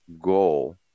goal